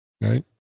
right